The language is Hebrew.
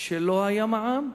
שלא היה מע"מ,